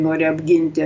nori apginti